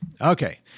Okay